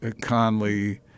Conley